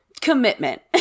commitment